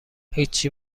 هیچی